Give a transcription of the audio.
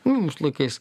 mūsų laikais